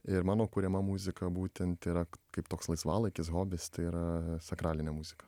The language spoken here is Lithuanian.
ir mano kuriama muzika būtent yra kaip toks laisvalaikis hobis tai yra sakralinė muzika